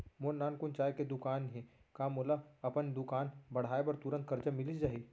मोर नानकुन चाय के दुकान हे का मोला अपन दुकान बढ़ाये बर तुरंत करजा मिलिस जाही?